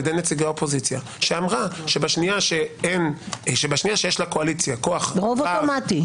שאמרה שבשנייה שיש לקואליציה כוח ---- רוב אוטומטי.